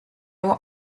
were